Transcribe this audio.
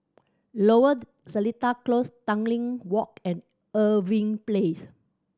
Lower Seletar Close Tanglin Walk and Irving Place